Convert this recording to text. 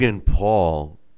Paul